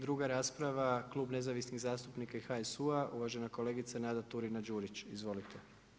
Druga rasprava Klub nezavisnih zastupnika i HSU-a, uvažena kolegica Nada Turina Đurić, izvolite.